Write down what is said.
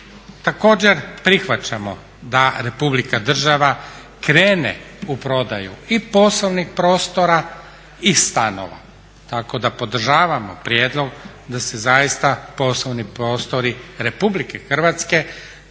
Također, prihvaćamo da država krene u prodaju i poslovnih prostora i stanova tako da podržavamo prijedlog da se zaista poslovni prostori RH ponude